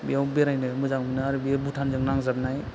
बेव बेरायनो मोजां मोनो आरो बेयो भुटानजों नांजाबनाय